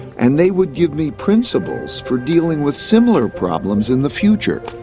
and they would give me principles for dealing with similar problems in the future.